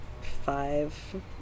five